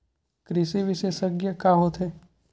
कृषि विशेषज्ञ का होथे?